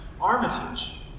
Armitage